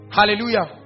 Hallelujah